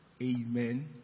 Amen